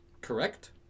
Correct